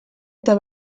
eta